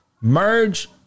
Merge